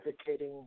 advocating